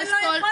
אין לו יכולת.